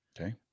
Okay